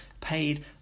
paid